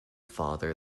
father